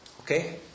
Okay